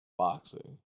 Boxing